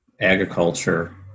agriculture